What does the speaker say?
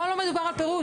פה לא מדובר על פירוט.